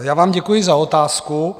Já vám děkuji za otázku.